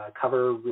Cover